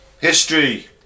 history